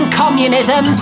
communism